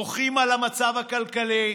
מוחים על המצב הכלכלי,